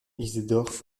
isidore